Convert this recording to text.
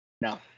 no